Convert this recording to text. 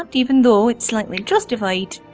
ah even though it's slightly justified,